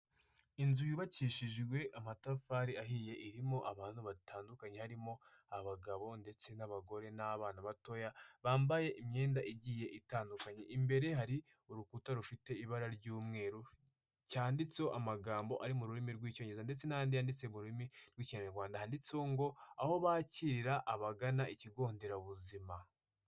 Inzu yubakishijwe amatafari ahiye, irimo abantu batandukanye, harimo abagabo, ndetse n'abagore, n'abana batoya, bambaye imyenda igiye itandukanye, imbere hari urukuta rufite ibara ry'umweru, cyanditseho amagambo ari mu rurimi rw'icyongereza, ndetse n'andi yanditse mu rurimi rw'ikinyarwanda, handitseho ngo aho bakirira abagana ikigo nderabuzima.